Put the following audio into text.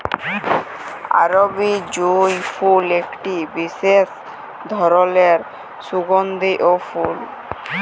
আরবি জুঁই ফুল একটি বিসেস ধরলের সুগন্ধিও ফুল